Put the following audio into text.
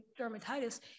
dermatitis